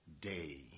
day